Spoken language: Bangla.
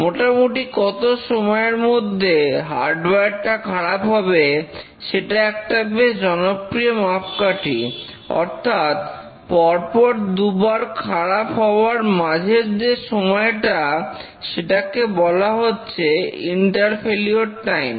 মোটামুটি কত সময়ের মধ্যে হার্ডওয়ারটা খারাপ হবে সেটা একটা বেশ জনপ্রিয় মাপকাঠি অর্থাৎ পরপর দুবার খারাপ হবার মাঝের যে সময়টা সেটাকে বলা হচ্ছে ইন্টার ফেলিওর টাইম